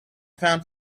found